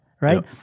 right